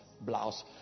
blouse